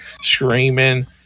screaming